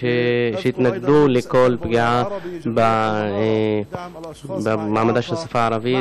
שהתנגדו לכל פגיעה במעמדה של השפה הערבית.